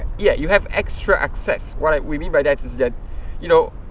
yeah. you have extra access. what we mean by that is that you know.